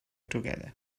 together